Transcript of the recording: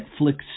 Netflix